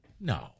No